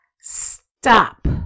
stop